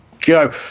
go